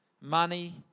money